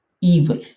evil